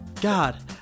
God